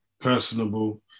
personable